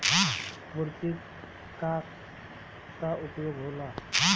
खुरपी का का उपयोग होला?